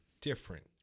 different